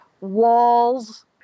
walls